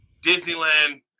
Disneyland